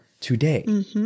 today